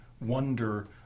wonder